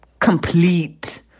complete